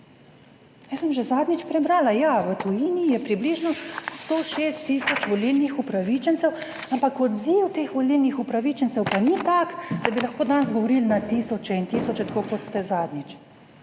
Jaz sem že zadnjič prebrala, ja, v tujini je približno 106 tisoč volilnih upravičencev, ampak odziv teh volilnih upravičencev pa ni tak, da bi lahko danes govorili na tisoče in tisoče, tako kot ste zadnjič.